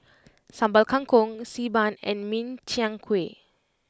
Sambal Kangkong Xi Ban and Min Chiang Kueh